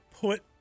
put